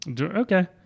Okay